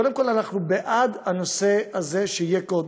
קודם כול, אנחנו בעד זה שיהיה קוד,